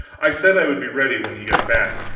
i said i would be ready when he got back.